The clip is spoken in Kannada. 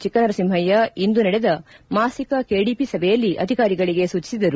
ಚಿಕ್ಕನರಸಿಂಹಯ್ನ ಇಂದು ನಡೆದ ಮಾಸಿಕ ಕೆಡಿಪಿ ಸಭೆಯಲ್ಲಿ ಅಧಿಕಾರಿಗಳಿಗೆ ಸೂಚಿಸಿದರು